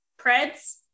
Preds